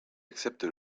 accepte